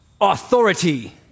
authority